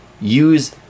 use